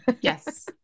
Yes